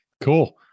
cool